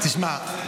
אז תשמע,